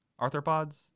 Arthropods